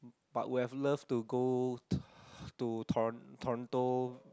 but would have loved to go to toro~ Toronto